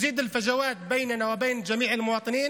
מסתכלים על הממשלה הזאת כעל ממשלה גזענית,